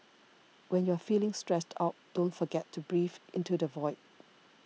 when you are feeling stressed out don't forget to breathe into the void